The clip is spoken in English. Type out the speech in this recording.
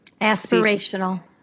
Aspirational